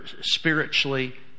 spiritually